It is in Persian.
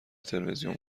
تلویزیون